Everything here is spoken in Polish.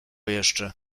jeszcze